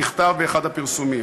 נכתב באחד הפרסומים.